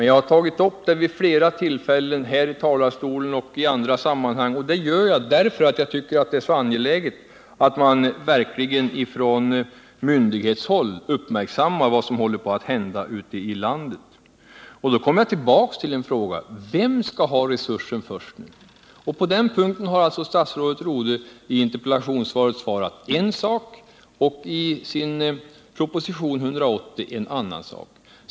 Jag har tagit upp frågan vid flera tillfällen här i riksdagen och även i andra sammanhang, och detta har jag gjort därför att jag tycker att det är så angeläget att man på myndighetshåll verkligen uppmärksammar vad som håller på att hända ute i landet. Då kommer jag tillbaka till min fråga: Vem skall ha resursen först? På den punkten har alltså statsrådet Rodhe i interpellationssvaret svarat en sak och i propositionen 180 en annan.